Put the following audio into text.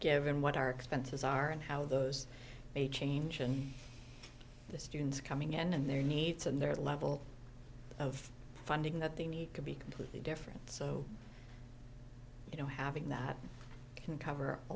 give and what our expenses are and how those they change and the students coming in and their needs and their level of funding that they need to be completely different so you know having that can cover a